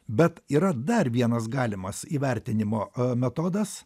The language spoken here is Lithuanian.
bet yra dar vienas galimas įvertinimo metodas